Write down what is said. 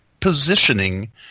positioning